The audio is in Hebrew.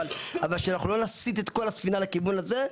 אבל שלא נסיט את כל הספינה לכיוון הזה.